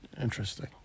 Interesting